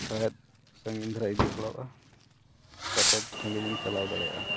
ᱥᱟᱦᱮᱫ ᱥᱟᱺᱜᱤᱧ ᱫᱷᱟᱨᱟ ᱤᱫᱤ ᱯᱟᱲᱟᱜᱼᱟ ᱠᱟᱛᱮᱫ ᱥᱟᱺᱜᱤᱧ ᱮᱢ ᱪᱟᱞᱟᱣ ᱫᱟᱲᱮᱭᱟᱜᱼᱟ